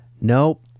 Nope